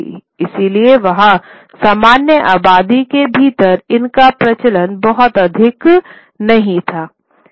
इसलिए वहाँ सामान्य आबादी के भीतर इनका प्रचलन बहुत अधिक नहीं था